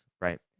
right